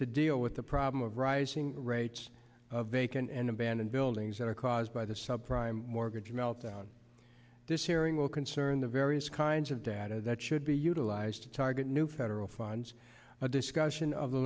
to deal with the problem of rising rates of vacant and abandoned buildings that are caused by the sub prime mortgage meltdown this hearing will concern the various kinds of data that should they utilized to target new federal funds a discussion of the